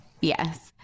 Yes